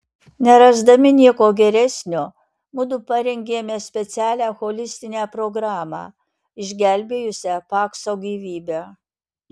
nerasdami nieko geresnio mudu parengėme specialią holistinę programą išgelbėjusią pakso gyvybę